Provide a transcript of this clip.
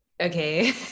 okay